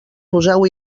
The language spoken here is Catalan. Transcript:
poseu